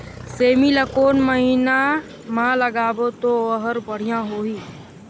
सेमी ला कोन महीना मा लगाबो ता ओहार बढ़िया होही?